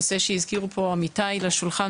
זה נושא שהזכירו פה עמיתיי לשולחן,